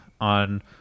on